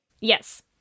Yes